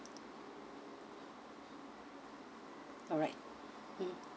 alright